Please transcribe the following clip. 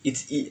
it's it